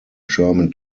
german